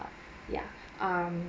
ya um